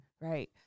Right